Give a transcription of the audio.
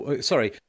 sorry